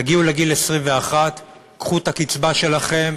תגיעו לגיל 21, קחו את הקצבה שלכם,